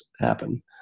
happen